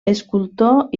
escultor